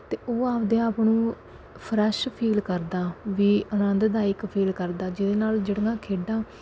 ਅਤੇ ਉਹ ਆਪਦੇ ਆਪ ਨੂੰ ਫਰੈਸ਼ ਫੀਲ ਕਰਦਾ ਵੀ ਆਨੰਦਦਾਇਕ ਫੀਲ ਕਰਦਾ ਜਿਹਦੇ ਨਾਲ ਜਿਹੜੀਆਂ ਖੇਡਾਂ